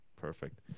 Perfect